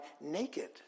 naked